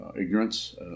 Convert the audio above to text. ignorance